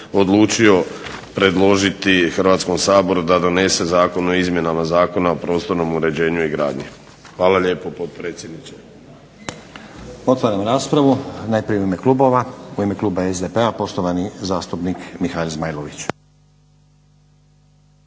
odlučio predložiti Hrvatskom saboru da donese Zakon o izmjenama Zakona o prostornom uređenju i gradnji. Hvala lijepo potpredsjedniče. **Stazić, Nenad (SDP)** Otvaram raspravu. U ime kluba SDP-a poštovani zastupnik Mihael Zmajlović.